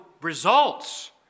results